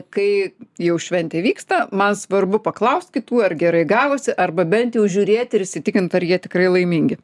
kai jau šventė vyksta man svarbu paklaust kitų ar gerai gavosi arba bent jau žiūrėt ir įsitikint ar jie tikrai laimingi